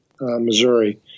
Missouri